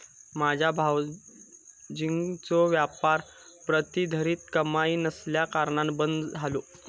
माझ्यो भावजींचो व्यापार प्रतिधरीत कमाई नसल्याकारणान बंद झालो